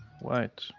white